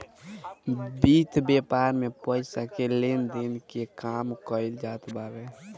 वित्त व्यापार में पईसा के लेन देन के काम कईल जात बाटे